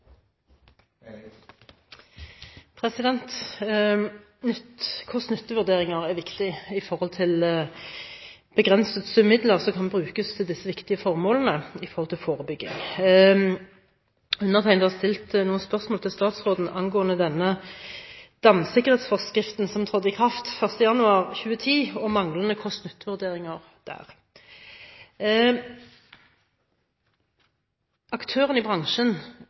i forhold til en begrenset sum midler som kan brukes til disse viktige formålene knyttet til forebygging. Nå har en stilt noen spørsmål til statsråden angående den damsikkerhetsforskriften som trådte i kraft 1. januar 2010, og manglende kost–nytte-vurderinger der. Aktørene i bransjen